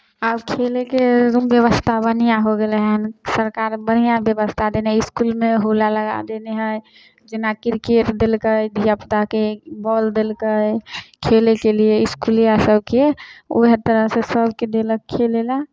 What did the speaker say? आब खेलैके एकदम व्यवस्था बढ़िआँ हो गेलै हन सरकार बढ़िआँ ब्यवस्था देने हइ इसकुलमे हुला लगा देने हइ जेना किरकेट देलकै धियापुताकेँ बॉल देलकै खेलैके लिए इसकुलिआसभके उएह तरहसँ सभके देलक खेलै लए